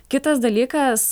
kitas dalykas